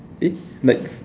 eh like